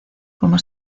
como